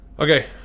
Okay